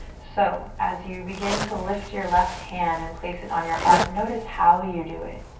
so as you begin to lift your left hand and place it on your heart notice how you do it.